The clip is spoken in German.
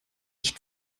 ich